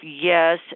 Yes